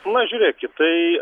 na žiūrėkit tai